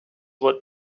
what